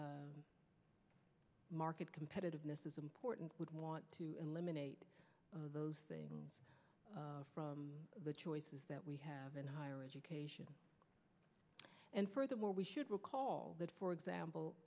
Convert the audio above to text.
market competitiveness is important would want to eliminate those things from the choices that we have in higher education and furthermore we should recall that for example